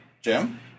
Jim